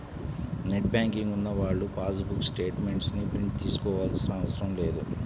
net banking ఉన్నవాళ్ళు passbook statements ని print తీయించుకోనవసరం లేదు